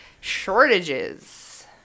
Shortages